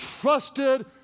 trusted